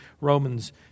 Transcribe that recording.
Romans